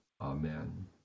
Amen